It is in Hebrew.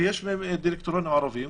שיש בהן דירקטורים ערבים,